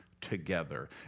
together